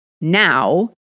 now